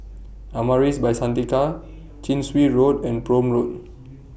Amaris By Santika Chin Swee Road and Prome Road